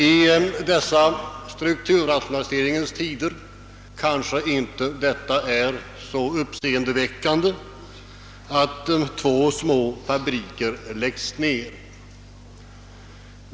I dessa strukturrationaliseringens tider kanske det inte är så uppseendeväckande att två fabriker läggs ned.